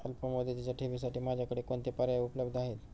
अल्पमुदतीच्या ठेवींसाठी माझ्याकडे कोणते पर्याय उपलब्ध आहेत?